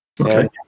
Okay